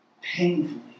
painfully